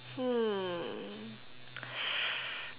hmm